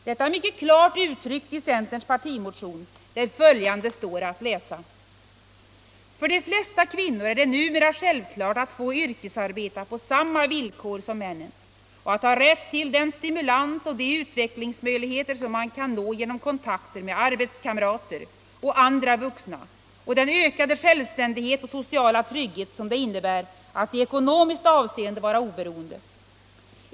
Detta är mycket klart uttryckt i centerns partimotion, där följande står att läsa: ”För de flesta kvinnor är det numera självklart att få yrkesarbeta på samma villkor som männen och att ha rätt till den stimulans och de utvecklingsmöjligheter som man kan nå genom kontakter med arbetskamrater och andra vuxna och den ökade självständighet och sociala trygghet som det innebär att i ekonomiskt hänseende vara oberoende.